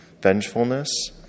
vengefulness